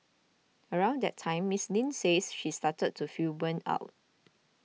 around that time Miss Lin says she started to feel burnt out